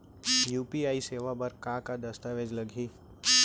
UPI सेवा बर का का दस्तावेज लागही?